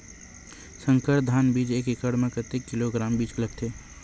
संकर धान बीज एक एकड़ म कतेक किलोग्राम बीज लगथे?